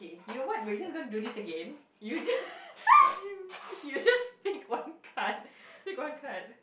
you know what we're just gonna do this again you you just pick one card pick one card